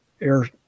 air